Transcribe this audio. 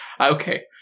Okay